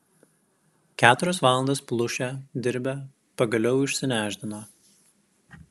keturias valandas plušę dirbę pagaliau išsinešdino